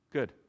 Good